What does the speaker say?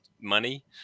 money